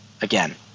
again